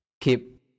keep